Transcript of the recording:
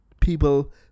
people